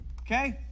okay